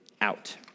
out